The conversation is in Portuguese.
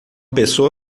pessoa